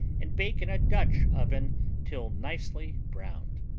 and bake in a dutch oven till nicely browned.